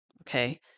okay